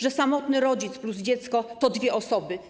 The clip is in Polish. Że samotny rodzic plus dziecko to dwie osoby.